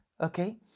Okay